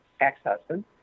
ex-husband